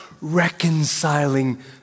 reconciling